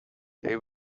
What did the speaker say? they